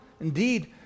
Indeed